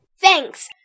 Thanks